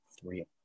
three